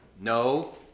No